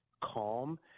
calm